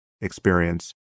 experience